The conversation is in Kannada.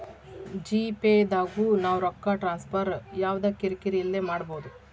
ಜಿ.ಪೇ ದಾಗು ನಾವ್ ರೊಕ್ಕ ಟ್ರಾನ್ಸ್ಫರ್ ಯವ್ದ ಕಿರಿ ಕಿರಿ ಇಲ್ದೆ ಮಾಡ್ಬೊದು